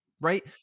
right